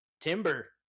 Timber